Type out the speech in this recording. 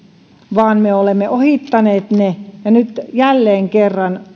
vaan me olemme ohittaneet ne ja nyt jälleen kerran